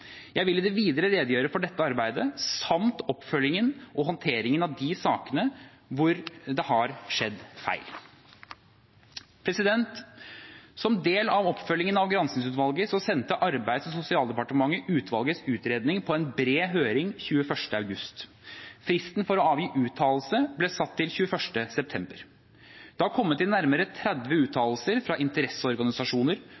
Jeg vil i det videre redegjøre for dette arbeidet samt oppfølgingen og håndteringen av de sakene hvor det har skjedd feil. Som del av oppfølgingen av granskingsutvalget sendte Arbeids- og sosialdepartementet utvalgets utredning på en bred høring 21. august. Fristen for å avgi uttalelser ble satt til 21. september. Det har kommet inn nærmere 30